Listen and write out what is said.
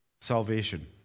salvation